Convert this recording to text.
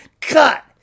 cut